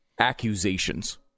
accusations